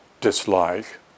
dislike